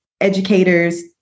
educators